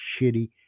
shitty